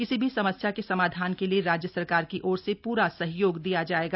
किसी भी समस्या के समाधान के लिए राज्य सरकार की ओर से पुरा सहयोग दिया जाएगा